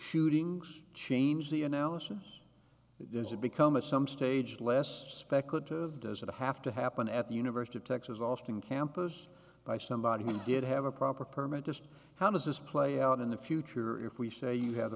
shootings change the analysis does it become a some stage less speculative does it have to happen at the university of texas austin campus by somebody who did have a proper permit just how does this play out in the future if we say you ha